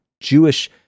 Jewish